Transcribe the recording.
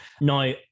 now